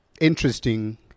interesting